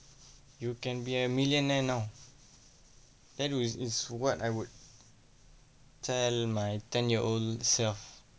you can be a millionaire now then it is what I would tell my ten year old self